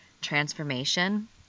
transformation